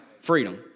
freedom